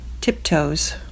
Tiptoes